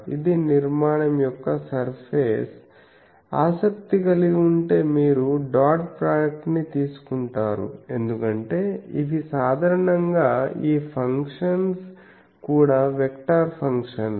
ఇది నిర్మాణం యొక్క సర్ఫేస్ ఆసక్తి కలిగి ఉంటే మీరు డాట్ ప్రోడక్ట్ ని తీసుకుంటారు ఎందుకంటే ఇవి సాధారణంగా ఈ ఫంక్షన్స్ కూడా వెక్టర్ ఫంక్షన్లు